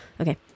Okay